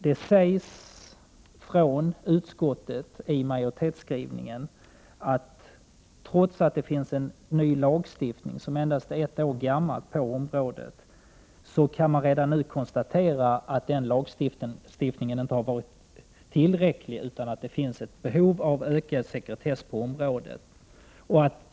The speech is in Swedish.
Det sägs i utskottets majoritetsskrivning att man, trots att det finns en ny lagstiftning som är endast ett år gammal på området, redan nu kan konstatera att lagstiftningen inte har varit tillräcklig utan att det finns ett behov av ökad sekretess på området.